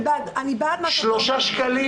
3 שקלים.